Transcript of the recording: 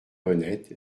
renaître